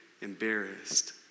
embarrassed